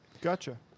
Gotcha